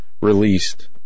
released